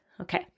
Okay